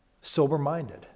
sober-minded